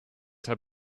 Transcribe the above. had